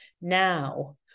Now